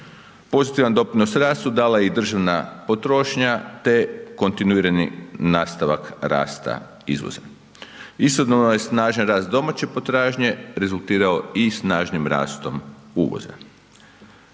Pozitivan doprinos rastu dala je i državna potrošnja te kontinuirani nastavak rasta izvoza. Istodobno je snažan rast domaće potražnje rezultirao i snažnim rastom uvoza.